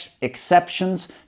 exceptions